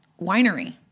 winery